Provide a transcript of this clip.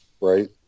right